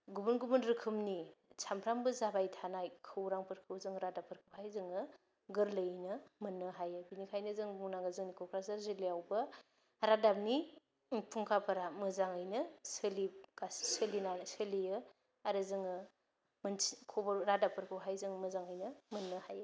गुबुन गुबुन रोखोमनि सामफ्रोमबो जाबाय थानाय खौरांफोरखौ जों रादाबफोरखौ हाय जोङो गोरलैयैनो मोननो हायो बिनिखायनो जों बुंनांगौ जोंनि क'क्राझार जिल्लायावबो रादाबनि फुंखाफोरा मोजाङैनो सोलिनानै सोलियो आरो जोङो खबर रादाबफोरखौ हाय जोङो मोजाङैनो मोननो हायो